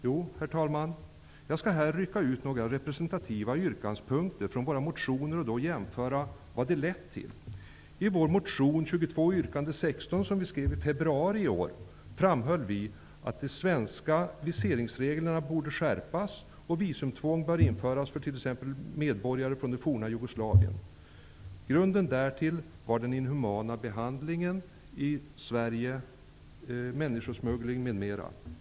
Herr talman, jag skall rycka ut några representativa yrkandepunkter i våra motioner och jämföra med vad de lett till. I Ny demokratis motion Sf22, yrkande 16, som skrevs i februari i år, framhöll vi i Ny demokrati att de svenska viseringsreglerna borde skärpas och att visumtvång för t.ex. medborgarna från det forna Jugoslavien borde införas. Grunden därtill var den inhumana behandlingen i Sverige, människosmugglingen, m.m.